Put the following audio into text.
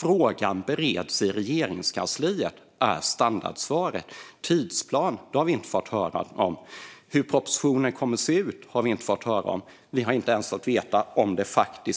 Frågan bereds i Regeringskansliet är standardsvaret. Men någon tidsplan har vi inte fått höra om. Hur propositionen kommer att se ut har vi inte fått höra om. Vi har inte ens fått veta om det